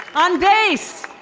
on bass,